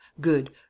Good